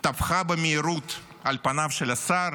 טפחה במהירות על פניו של השר.